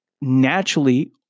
naturally